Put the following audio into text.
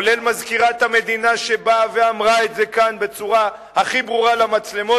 כולל מזכירת המדינה שבאה ואמרה את זה כאן בצורה הכי ברורה למצלמות,